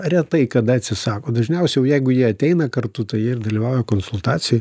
retai kada atsisako dažniausiai jau jeigu jie ateina kartu tai jie ir dalyvauja konsultacijoj